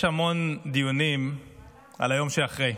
יש המון דיונים על היום שאחרי.